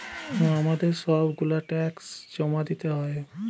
আমাদের সব গুলা ট্যাক্স জমা দিতে হয়